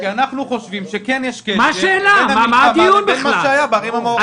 כי אנחנו חושבים שכן יש קשר בין המלחמה לבין מה שהיה בערים המעורבות.